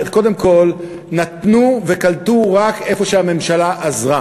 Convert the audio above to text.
קודם כול נתנו וקלטו רק איפה שהממשלה עזרה.